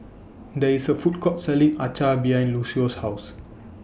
There IS A Food Court Selling Acar behind Lucio's House